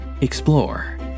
Explore